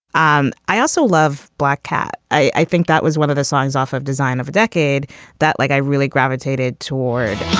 um i also love black cat. i think that was one of the songs off of design of a decade that like i really gravitated toward